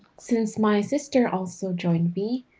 since my sister also joined me,